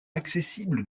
accessible